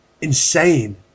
insane